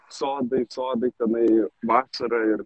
sodai sodai tenai vasara ir